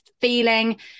feeling